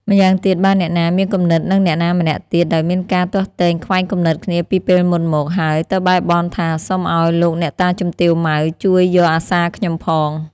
ម៉្យាងទៀតបើអ្នកណា មានគំនុំនឹងអ្នកណាម្នាក់ទៀត ដោយមានការទាស់ទែងទែងខ្វែងគំនិតគ្នាពីពេលមុនមក ហើយទៅបែរបន់ថា សុំឲ្យលោកអ្នកតាជំទាវ ម៉ៅ ជួយយកអាសាខ្ញុំផង